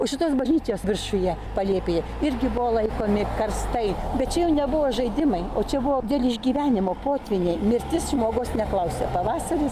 už šitos bažnyčios viršuje palėpėje irgi buvo laikomi karstai bet čia jau nebuvo žaidimai o čia buvo dėl išgyvenimo potvyniai mirtis žmogaus neklausia pavasaris